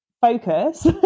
focus